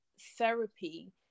Therapy